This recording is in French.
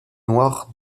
noires